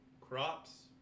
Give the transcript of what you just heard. crops